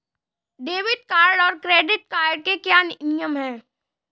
Debit card और credit card के क्या क्या नियम हैं?